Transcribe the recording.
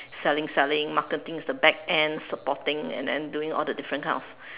selling selling marketing is the back end supporting and then doing all the different kind of